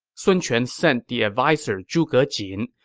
sun quan sent the adviser zhuge jin,